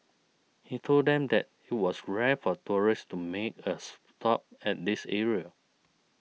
he told them that it was rare for tourists to make a stop at this area